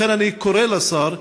לכן אני קורא לשר,